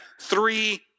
three